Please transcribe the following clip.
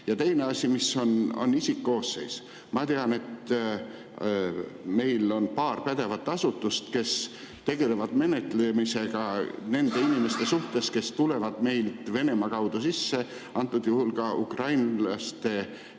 Ja teine asi on isikkoosseis. Ma tean, et meil on paar pädevat asutust, kes tegelevad menetlemisega nende inimeste suhtes, kes tulevad meile Venemaa kaudu sisse, antud juhul ka ukrainlaste, kuidas